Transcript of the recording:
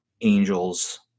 angels